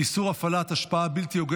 אין